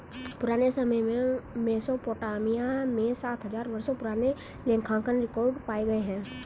पुराने समय में मेसोपोटामिया में सात हजार वर्षों पुराने लेखांकन रिकॉर्ड पाए गए हैं